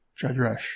Jadresh